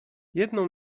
jedną